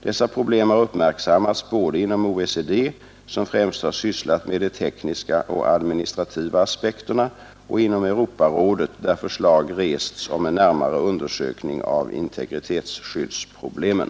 Dessa problem har uppmärksammats både inom OECD, som främst har sysslat med de tekniska och administrativa aspekterna, och inom Europarådet, där förslag rests om en närmare undersökning av integritetsskyddsproblemen.